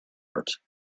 art